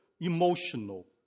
emotional